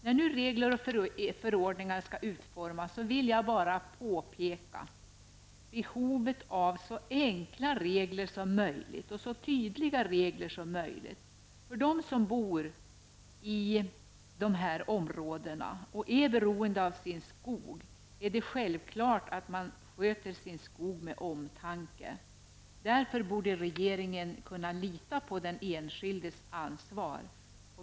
När nu regler och förordningar skall utformas vill jag bara påpeka behovet av så enkla och tydliga regler som möjligt. För dem som bor i dessa områden och är beroende av sin skog är det självklart att de sköter sin skog med omtanke. Därför borde regeringen kunna lita på den enskildes ansvar.